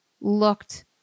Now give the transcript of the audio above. looked